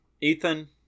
Ethan